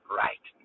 right